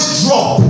drop